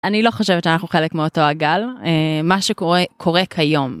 אני לא חושבת שאנחנו חלק מאותו הגל. מה שקורה, קורה כיום.